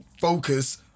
focus